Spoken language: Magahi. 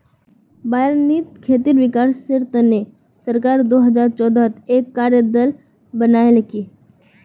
बारानीत खेतीर विकासेर तने सरकार दो हजार चौदहत एक कार्य दल बनैय्यालकी